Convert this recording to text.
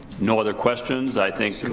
no other questions. i think